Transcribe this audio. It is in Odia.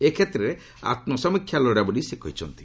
ଏ କ୍ଷେତ୍ରରେ ଆତ୍ମସମୀକ୍ଷା ଲୋଡ଼ା ବୋଲି ସେ କହିଛନ୍ତି